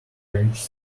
rich